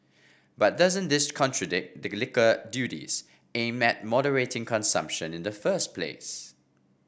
but doesn't this contradict the liquor duties aimed at moderating consumption in the first place